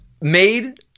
made